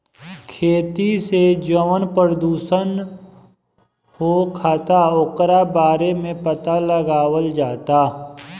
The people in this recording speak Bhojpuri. खेती से जवन प्रदूषण होखता ओकरो बारे में पाता लगावल जाता